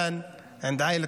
וסוגיית ההריסות,